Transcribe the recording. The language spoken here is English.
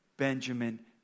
Benjamin